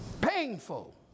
painful